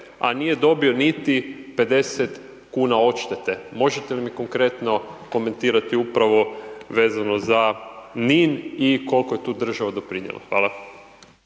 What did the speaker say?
a nije dobio niti 50 kuna odštete. Možete li mi konkretno komentirati upravo vezano za Nin i koliko je tu država doprinijela. Hvala.